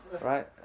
Right